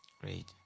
Great